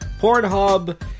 Pornhub